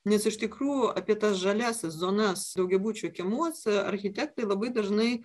nes iš tikrųjų apie tas žaliąsias zonas daugiabučių kiemuose architektai labai dažnai